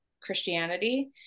Christianity